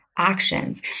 actions